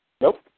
Nope